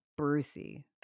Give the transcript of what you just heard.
Brucey